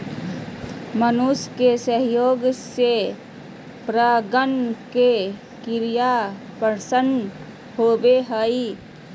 मनुष्य के सहयोग से परागण के क्रिया संपन्न होबो हइ